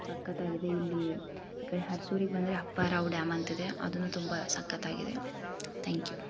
ಸಕ್ಕತ್ತಾಗಿದೆ ಇಲ್ಲೀ ಈ ಕಡೆ ಹಲ್ಸೂರಿಗೆ ಬಂದರೆ ಅಪ್ಪಾರಾವ್ ಡ್ಯಾಮ್ ಅಂತಿದೆ ಅದು ತುಂಬ ಸಕ್ಕತ್ತಾಗಿದೆ ತ್ಯಾಂಕ್ ಯು